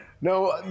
No